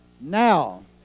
now